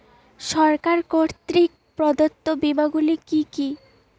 সরকার কর্তৃক প্রদত্ত বিমা গুলি কি কি?